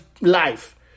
life